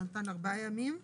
מתן ארבעה ימים,